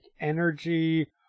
energy